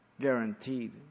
Guaranteed